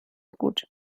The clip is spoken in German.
gut